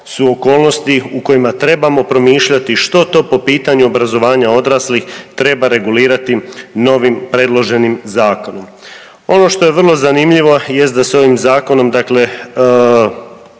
su okolnosti u kojima trebamo promišljati što to po pitanju obrazovanja odraslih treba regulirati novim predloženim zakonom. Ono što je vrlo zanimljivo jest da se ovim zakonom, dakle